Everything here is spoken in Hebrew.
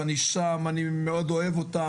ואני שם ואוהב אותן מאוד.